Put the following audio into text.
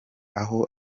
aho